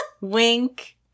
wink